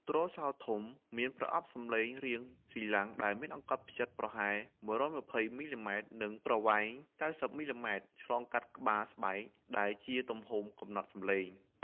ទ្រសោធំ មានប្រអប់សំឡេងរាងស៊ីឡាំង ដែលមានអង្កត់ផ្ចិតប្រហែល ១២០ មីលីម៉ែត្រ និងប្រវែង ៩០ មីលីម៉ែត្រ ឆ្លងកាត់ក្បាលស្បែក ដែលជាទំហំកំណត់សម្លេង។